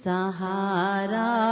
Sahara